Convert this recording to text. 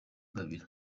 babiri